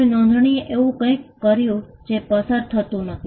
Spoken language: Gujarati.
હવે નોંધણીએ એવું કંઈક કર્યું જે પસાર થતું નથી